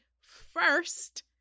first